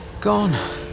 Gone